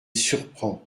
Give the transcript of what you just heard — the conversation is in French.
surprend